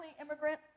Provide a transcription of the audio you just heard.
immigrant